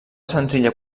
senzilla